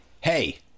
hey